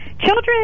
children